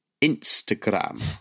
Instagram